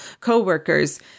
coworkers